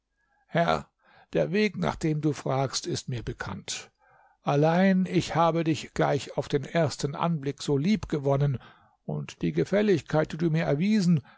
herr der weg nach dem du fragst ist mir bekannt allein ich habe dich gleich auf den ersten anblick so liebgewonnen und die gefälligkeit die du mir erwiesen